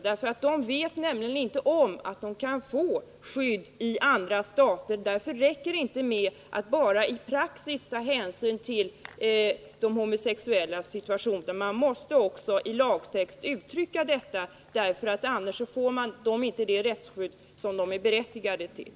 Den vet nämligen inte om att den kan få skydd it.ex. Sverige. Därför räcker det inte med att bara i praxis ta hänsyn till de homosexuellas situation. Man måste också i lagtext uttrycka detta, annars får de inte det rättsskydd som de är berättigade till.